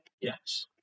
yes